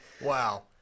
Wow